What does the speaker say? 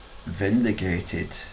vindicated